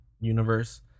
universe